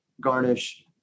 garnish